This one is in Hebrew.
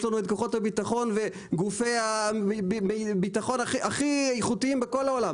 יש לנו את כוחות הביטחון וגופי הביטחון הכי איכותיים בכל העולם,